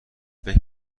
فکر